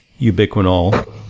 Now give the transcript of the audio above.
ubiquinol